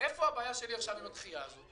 איפה הבעיה שלי עכשיו עם הדחייה הזאת?